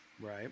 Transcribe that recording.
Right